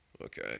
Okay